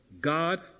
God